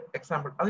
Example